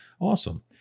awesome